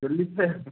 চল্লিশ হাজার